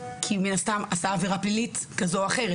כי הוא מן הסתם עשה עבירה פלילית כזו או אחרת.